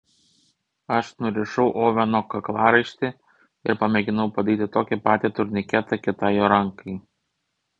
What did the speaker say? aš nurišau oveno kaklaraištį ir pamėginau padaryti tokį patį turniketą kitai jo rankai